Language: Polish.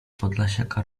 podlasiaka